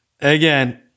Again –